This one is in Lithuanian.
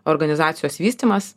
organizacijos vystymas